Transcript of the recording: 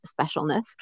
specialness